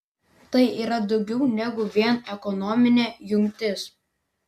tai yra daugiau negu vien ekonominė jungtis